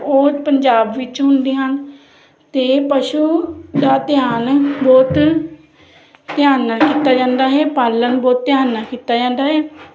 ਉਹ ਪੰਜਾਬ ਵਿੱਚ ਹੁੰਦੇ ਹਨ ਅਤੇ ਪਸ਼ੂ ਦਾ ਧਿਆਨ ਬਹੁਤ ਧਿਆਨ ਨਾਲ ਕੀਤਾ ਜਾਂਦਾ ਹੈ ਪਾਲਣ ਬਹੁਤ ਧਿਆਨ ਨਾਲ ਕੀਤਾ ਜਾਂਦਾ ਹੈ